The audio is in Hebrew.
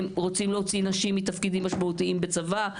הם רוצים להוציא נשים מתפקידים משמעותיים בצבא,